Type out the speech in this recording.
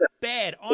bad